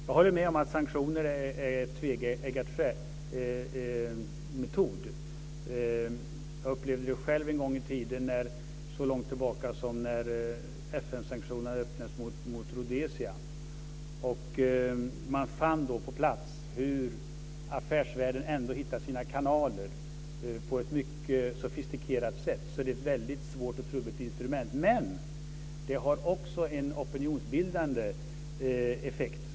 Jag håller med om att sanktioner som metod är ett tveeggat svärd. Jag upplevde det själv en gång i tiden - så långt tillbaka som när FN-sanktionerna inleddes mot Rhodesia. Man fann då på plats hur affärsvärlden ändå hittade sina kanaler på ett mycket sofistikerat sätt. Sanktioner är alltså ett väldigt svårt och trubbigt instrument. Men de har också en opinionsbildande effekt.